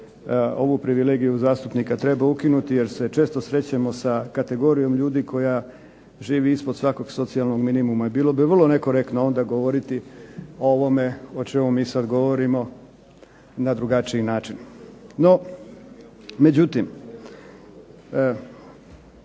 ovu privilegiju zastupnika treba ukinuti jer se često srećemo sa kategorijom ljudi koja živi ispod svakog socijalnog minimuma, i bilo bi vrlo nekorektno onda govoriti o ovome o čemu mi sad govorimo na drugačiji način. No međutim,